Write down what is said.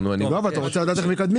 אני רוצה להראות מה עשיתם במסגרת